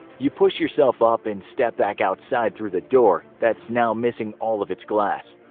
you push yourself up and step back outside through the door that's now missing all of its glass.